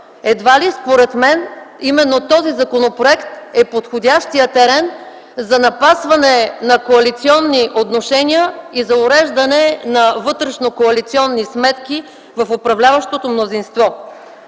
едва ли точно този законопроект е подходящият терен за напасване на коалиционни отношения и за уреждане на вътрешно коалиционни сметки в управляващото мнозинство.